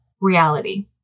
reality